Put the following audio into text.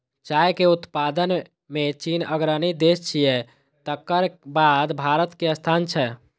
चाय के उत्पादन मे चीन अग्रणी देश छियै, तकर बाद भारतक स्थान छै